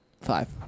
Five